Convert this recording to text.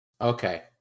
Okay